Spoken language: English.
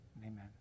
amen